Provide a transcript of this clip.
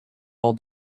all